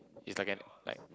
it's like an like